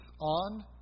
on